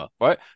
right